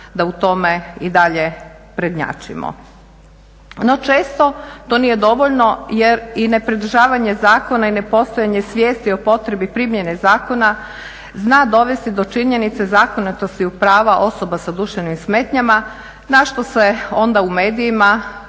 da u tome i dalje prednjačimo. No, često to nije dovoljno jer i nepridržavanje zakona i nepostojanje svijesti o potrebi primjene zakona zna dovesti do činjenice zakonitosti prava osoba sa duševnim smetnjama na što se onda u medijima